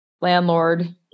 landlord